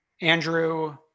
Andrew